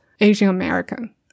Asian-American